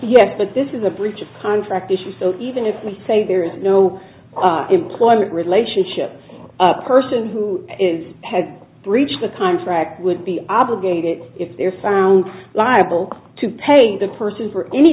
yes but this is a breach of contract issue so even if we say there is no employment relationship a person who is had breached the contract would be obligated if they're found liable to pay the person for any